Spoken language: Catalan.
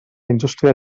indústria